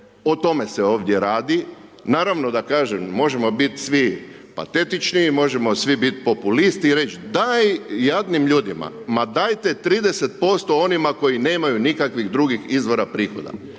o tome se ovdje radi, naravno, da kažem možemo biti svi patetični i možemo svi biti populisti i reći daj jadnim ljudima, ma dajte 30% onima koji nemaju nikakvih drugih izvora prihoda,